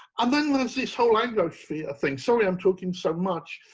i'm done with this whole anglosphere thing, sorry i'm talking so much,